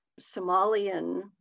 Somalian